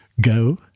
Go